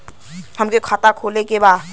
हमके खाता खोले के बा?